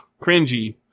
cringy